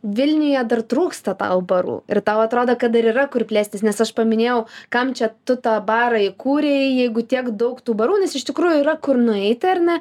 vilniuje dar trūksta tau barų ir tau atrodo kad dar yra kur plėstis nes aš paminėjau kam čia tu tą barą įkūrei jeigu tiek daug tų barų nes iš tikrųjų yra kur nueit ar ne